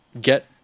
get